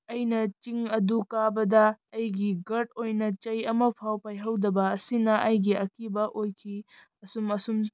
ꯑꯩꯅ ꯆꯤꯡ ꯑꯗꯨ ꯀꯥꯕꯗ ꯑꯩꯒꯤ ꯒꯥꯔꯠ ꯑꯣꯏꯅ ꯆꯩ ꯑꯃ ꯐꯥꯎ ꯄꯥꯏꯍꯧꯗꯕ ꯑꯁꯤꯅ ꯑꯩꯒꯤ ꯑꯀꯤꯕ ꯑꯣꯏꯈꯤ ꯑꯁꯨꯝ ꯑꯁꯨꯝ